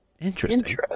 Interesting